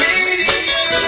Radio